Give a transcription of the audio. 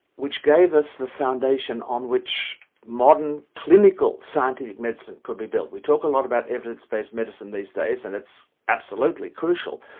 which gave us the foundation on which modern clinical scientific medicine could be built. we talk a lot about evidence-based medicine these days and it's absolutely crucial,